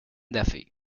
duffy